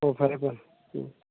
ꯑꯣ ꯐꯔꯦ ꯐꯔꯦ ꯎꯝ